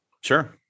Sure